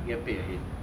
get paid already